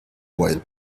while